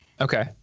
Okay